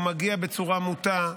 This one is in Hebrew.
או מגיע בצורה מוטה.